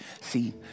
See